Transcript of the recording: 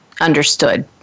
understood